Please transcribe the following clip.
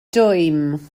dwym